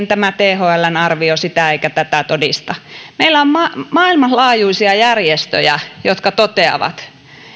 tämä thln arvio sitä eikä tätä todista niin meillä on maailmanlaajuisia järjestöjä jotka toteavat